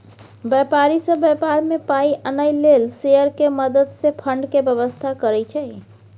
व्यापारी सब व्यापार में पाइ आनय लेल शेयर के मदद से फंड के व्यवस्था करइ छइ